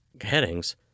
headings